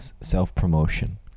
self-promotion